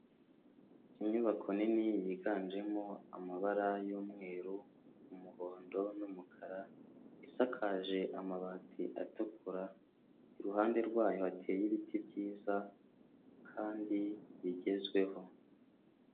Inyubako nini yiganjemo amabara y'umweru, umuhondo n'umukara isakaje amabati atukura, iruhande rwayo hateye ibiti byiza kandi bigezweho.